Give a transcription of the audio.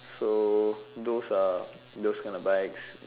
so those are those kind of bikes